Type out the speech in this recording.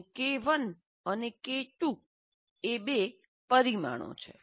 અને K1 અને K2 એ બે પરિમાણો છે